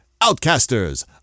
Outcasters